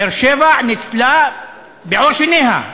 באר-שבע ניצלה בעור שיניה.